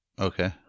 Okay